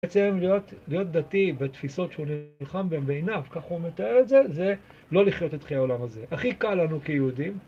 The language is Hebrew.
בעצם להיות להיות דתי בתפיסות שהוא נלחם בהם בעיניו, כך הוא מתאר את זה, זה לא לחיות את חיי העולם הזה. הכי קל לנו כיהודים...